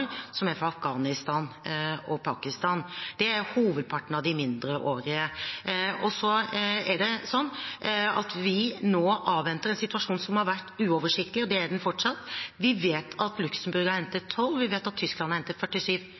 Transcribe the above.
Pakistan. Det er hovedparten av de mindreårige. Vi avventer nå en situasjon som har vært uoversiktlig, og det er den fortsatt. Vi vet at Luxembourg har hentet 12, og vi vet at Tyskland har hentet 47.